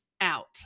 out